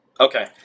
Okay